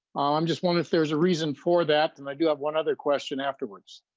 i'm just one if there's a reason for that and i do have one other question afterwards.